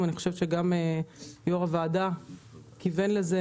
אני חושבת שגם יושב-ראש הוועדה כיוון לשם.